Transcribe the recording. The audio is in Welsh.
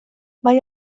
mae